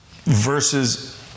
versus